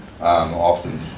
often